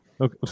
Okay